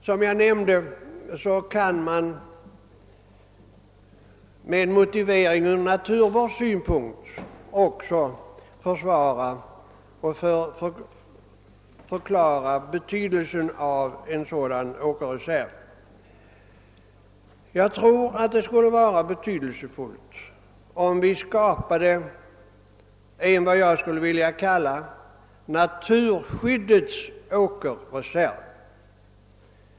Som jag nämnde kan man med naturvårdssynpunkter som =:motivering också försvara och förklara betydelsen av en sådan åkerreserv. Jag tror att det skulle vara betydelsefullt om vi skapade vad jag vill kalla en naturskyddets åkerreserv.